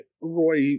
Roy